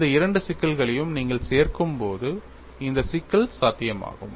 இந்த இரண்டு சிக்கல்களையும் நீங்கள் சேர்க்கும் போது இந்த சிக்கல் சாத்தியமாகும்